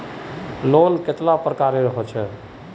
Loan कतेला प्रकारेर होचे?